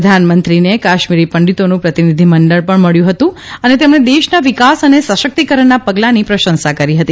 પ્રધાનમંત્રીએ કાશ્મીરી પંડીતોનું પ્રતિનિધિમંડળ પણ મળ્યું હતું અને તેમણે દેશના વિકાસ અને સશકિતકરણના પગલાંની પ્રશંસા કરી હતી